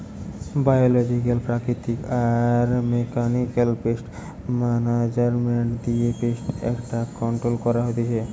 biological প্রাকৃতিক আর mechanical pest management দিয়ে পেস্ট এট্যাক কন্ট্রোল করা হতিছে